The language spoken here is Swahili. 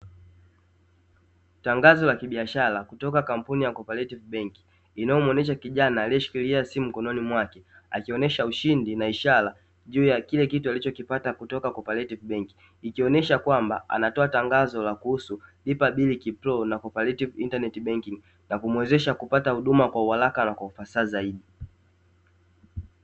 Tangazo la kibiashara kutoka kampuni ya 'cooperative bank' inayomwonyesha kijana aliyeshikilia simu mkononi mwake, akionesha ushindi na ishara juu ya kile kitu alichokipata kutoka 'cooperative bank' ikionyesha kwamba anatoa tangazo la kuhusu 'lipa bili kipro na cooperative internet banking' na kumwezesha kupata huduma kwa uharaka na kwa ufasaha zaidi.